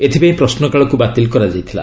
ଏଥିପାଇଁ ପ୍ରଶ୍ନକାଳକୁ ବାତିଲ କରାଯାଇଥିଲା